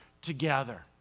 together